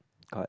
correct